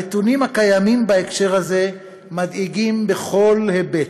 הנתונים הקיימים בהקשר זה מדאיגים בכל היבט.